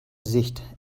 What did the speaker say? sicht